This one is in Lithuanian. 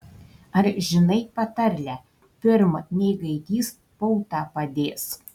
ar žinai patarlę pirm nei gaidys pautą padės